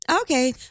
Okay